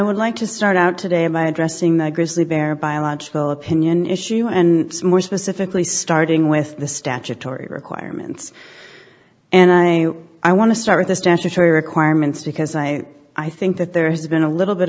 would like to start out today by addressing the grizzly bear biological opinion issue and more specifically starting with the statutory requirements and i i want to start with the statutory requirements because i i think that there has been a little bit